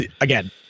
Again